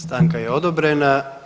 Stanka je odobrena.